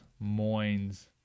Moines